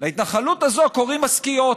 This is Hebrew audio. ולהתנחלות הזאת קוראים משְׂכִּיות.